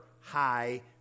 high